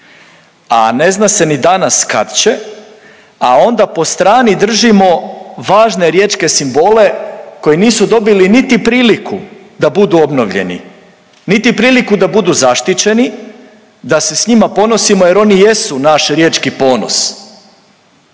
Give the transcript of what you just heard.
a ne zna se ni danas kad će, a onda po strani držimo važne riječke simbole koji nisu dobili niti priliku da budu obnovljeni, niti priliku da budu zaštićeni, da se s njima ponosimo jer oni jesu naš riječki ponos.